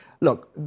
look